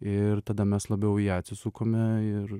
ir tada mes labiau į ją atsisukome ir